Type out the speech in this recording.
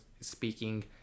speaking